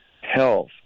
health